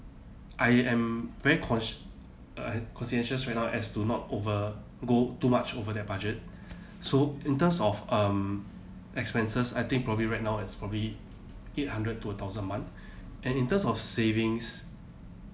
I am very cons~ conscientious right now as to not over go too much over that budget so in terms of um expenses I think probably right now it's probably eight hundred to a thousand a month and in terms of savings